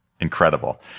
incredible